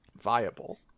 viable